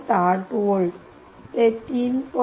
8 volt ते 3